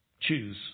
choose